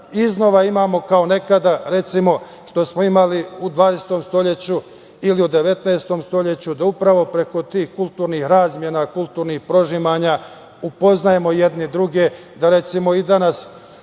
iznova imamo kao nekada, recimo, što smo imali u 20. veku ili u 19. veku, da upravo preko tih kulturnih razmena, kulturnih prožimanja upoznajemo jedni druge, da, recimo, i danas,